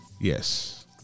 Yes